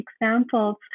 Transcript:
examples